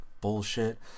bullshit